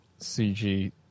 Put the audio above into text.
CG